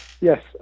Yes